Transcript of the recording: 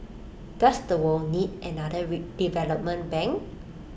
does the world need another development bank